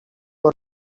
were